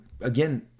again